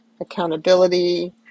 accountability